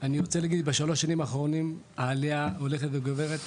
אני רוצה להגיד בשלוש השנים האחרונות העלייה הולכת וגוברת,